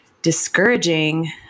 Discouraging